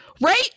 Right